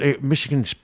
Michigan